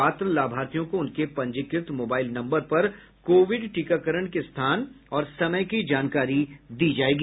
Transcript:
पात्र लाभार्थियों को उनके पंजीकृत मोबाइल नम्बर पर कोविड टीकाकरण के स्थान और समय की जानकारी दी जाएगी